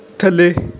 ਥੱਲੇ